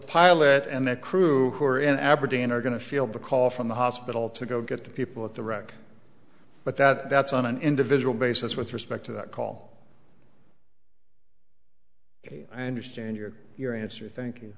pilot and the crew who are in aberdeen are going to feel the call from the hospital to go get the people at the wreck but that's on an individual basis with respect to that call i understand your your answer thank